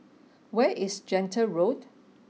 where is Gentle Road